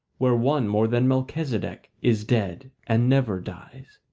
where one more than melchizedek is dead and never dies.